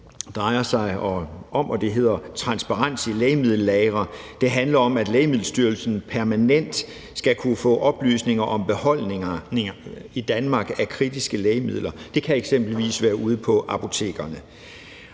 drejer sig om transparens i lægemiddellagre. Det handler om, at Lægemiddelstyrelsen permanent skal kunne få oplysninger om beholdninger af kritiske lægemidler i Danmark. Det kan eksempelvis være ude på apotekerne.